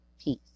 Peace